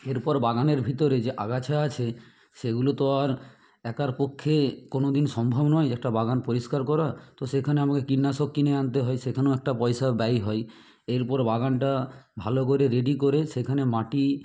এরপর বাগানের ভিতরে যে আগাছা আছে সেগুলো তো আর একার পক্ষে কোনো দিন সম্ভব নয় যে একটা বাগান পরিষ্কার করা তো সেখানে আমাকে কীটনাশক কিনে আনতে হয় সেখানেও একটা পয়সা ব্যয় হয় এরপর বাগানটা ভালো করে রেডি করে সেখানে মাটি